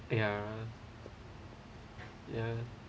ya ya